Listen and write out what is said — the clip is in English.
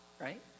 right